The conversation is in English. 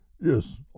Yes